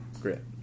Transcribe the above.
grit